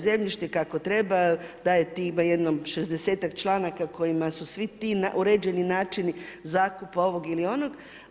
Zemljište koje treba daje tim jedno šezdesetak članaka kojima su svi ti uređeni načini zakupa ovog ili onog.